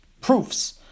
proofs